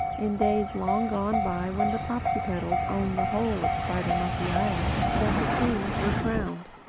in days long gone by when the popsipetels owned the whole of spidermonkey island, that the kings were crowned.